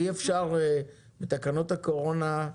אי-אפשר בתקנות הקורונה,